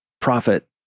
profit